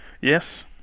Yes